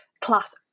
class